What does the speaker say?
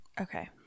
Okay